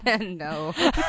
No